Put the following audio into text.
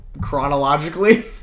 chronologically